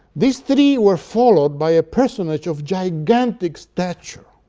these three were followed by a personage of gigantic stature,